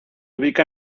ubica